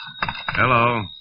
Hello